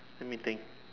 let me think